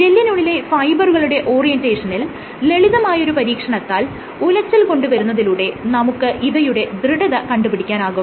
ജെല്ലിനുള്ളിലെ ഫൈബറുകളുടെ ഓറിയന്റേഷനിൽ ലളിതമായൊരു പരീക്ഷണത്താൽ ഉലച്ചിൽ കൊണ്ട് വരുന്നതിലൂടെ നമുക്ക് ഇവയുടെ ദൃഢത കണ്ടുപിടിക്കാനാകും